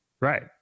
Right